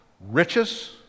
riches